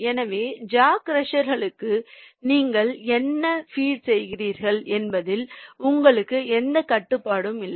எனவே ஜா க்ரஷ்க்கு நீங்கள் என்ன ஃபீட் செய்கிறீர்கள் என்பதில் உங்களுக்கு எந்தக் கட்டுப்பாடும் இல்லை